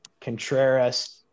Contreras